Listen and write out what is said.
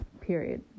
Period